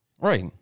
right